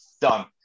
done